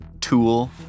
tool